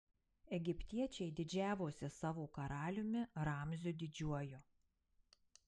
egiptiečiai didžiavosi savo karaliumi ramziu didžiuoju